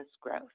growth